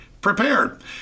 prepared